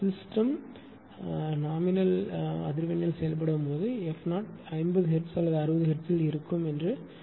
system ஓரளவு குறைந்த அதிர்வெண்ணில் செயல்படும் போது f0 50 ஹெர்ட்ஸ் அல்லது 60 ஹெர்ட்ஸ் இருக்கும் என்று சொல்லலாம்